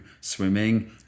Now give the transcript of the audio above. swimming